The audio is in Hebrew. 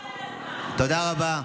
תודה רבה.